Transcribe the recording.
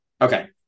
Okay